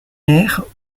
air